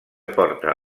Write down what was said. porta